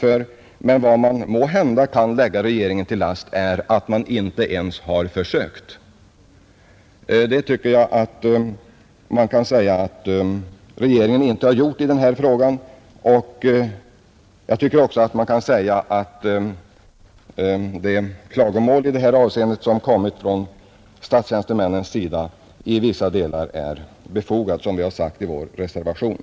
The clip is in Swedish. Men vad som måhända kan läggas regeringen till last är att man inte ens har försökt. Det tycker jag vi kan säga att regeringen inte har gjort i den här frågan. Jag tycker också att de klagomål i detta avseende som kommit från statstjänstemännens sida är befogade i vissa delar, som vi säger i vår reservation.